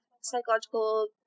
psychological